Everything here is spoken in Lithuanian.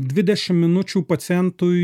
dvidešim minučių pacientui